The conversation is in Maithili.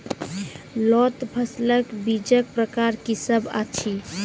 लोत फसलक बीजक प्रकार की सब अछि?